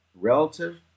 relative